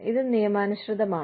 ഇത് നിയമാനുസൃതമാണ്